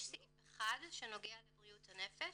יש סעיף אחד שנוגע לבריאות הנפש,